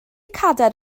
cadair